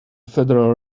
federal